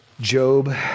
Job